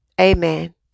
Amen